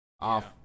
Off